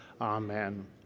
Amen